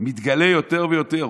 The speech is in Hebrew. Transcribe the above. הוא מתגלה יותר ויותר.